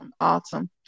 awesome